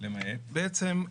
בעצם,